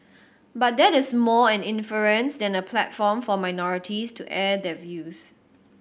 but that is more an inference than a platform for minorities to air their views